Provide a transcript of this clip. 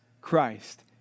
Christ